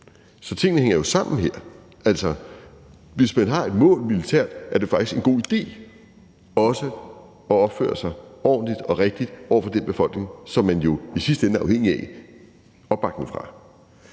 Så tingene hænger jo sammen her. Altså, hvis man har et militært mål, er det faktisk en god idé også at opføre sig ordentligt og rigtigt over for den befolkning, som man jo i sidste ende er afhængig af opbakningen fra.